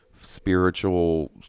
spiritual